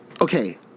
okay